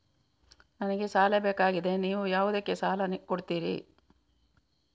ನನಗೆ ಸಾಲ ಬೇಕಾಗಿದೆ, ನೀವು ಯಾವುದಕ್ಕೆ ಸಾಲ ಕೊಡ್ತೀರಿ?